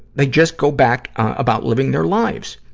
they just go back about living their lives.